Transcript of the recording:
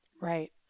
Right